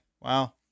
Wow